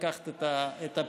לקחת את הפלאפון.